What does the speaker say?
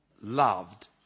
loved